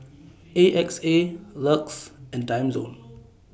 A X A LUX and Timezone